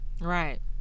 right